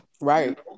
Right